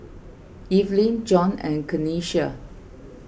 Evelyn John and Kenisha